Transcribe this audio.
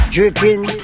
Drinking